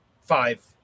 five